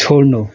छोड्नु